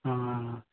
हाँ